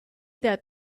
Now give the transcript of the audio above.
that